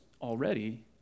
already